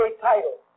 title